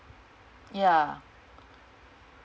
ya